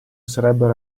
sarebbero